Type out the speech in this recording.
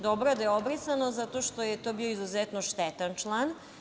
Dobro je da je obrisano zato što je to bio izuzetno štetan član.